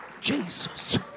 Jesus